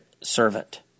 servant